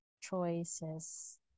choices